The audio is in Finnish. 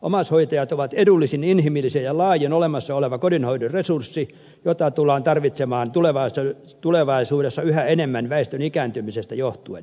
omaishoitajat ovat edullisin inhimillisin ja laajin olemassa oleva kotihoidon resurssi jota tullaan tarvitsemaan tulevaisuudessa yhä enemmän väestön ikääntymisestä johtuen